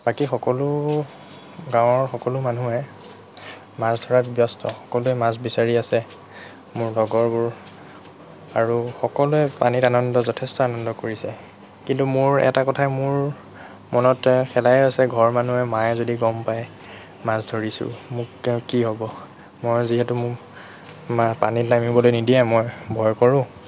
বাকী সকলো গাঁৱৰ সকলো মানুহে মাছ ধৰাত ব্যস্ত সকলোৱে মাছ বিচাৰি আছে মোৰ লগৰবোৰ আৰু সকলোৱে পানীত আনন্দ যথেষ্ট আনন্দ কৰিছে কিন্তু মোৰ এটা কথাই মোৰ মনত খেলাই আছে ঘৰৰ মানুহে মায়ে যদি গম পায় মাছ ধৰিছোঁ মোক তেতিয়া কি হ'ব মই যিহেতু মোৰ মায়ে পানীত নামিবলৈ নিদিয়ে মই ভয় কৰোঁ